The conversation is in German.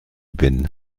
bin